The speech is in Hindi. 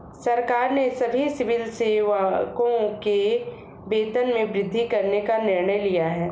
सरकार ने सभी सिविल सेवकों के वेतन में वृद्धि करने का निर्णय लिया है